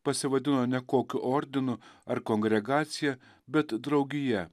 pasivadino ne kokiu ordinu ar kongregacija bet draugija